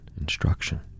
instruction